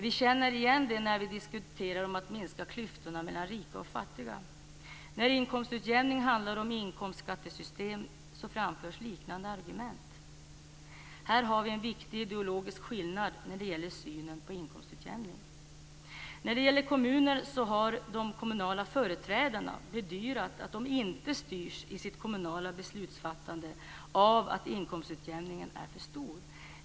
Vi känner igen dem när vi diskuterar att minska klyftorna mellan rika och fattiga. När inkomstutjämningen handlar om inkomstskattesystemet framförs liknande argument. Här går en viktig ideologisk skillnad när det gäller synen på inkomstutjämning. När det gäller kommunerna har de kommunala företrädarna bedyrat att de i sitt kommunala beslutsfattande inte styrs av att inkomstutjämningen är för stor.